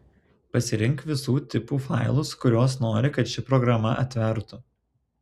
pasirink visų tipų failus kuriuos nori kad ši programa atvertų